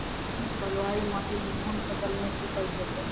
बलूआही माटि मे कून फसल नीक उपज देतै?